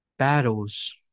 Battles